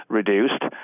reduced